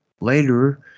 Later